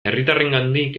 herritarrengandik